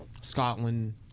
scotland